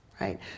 right